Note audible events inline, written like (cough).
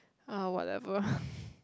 ah whatever (breath)